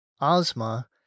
Ozma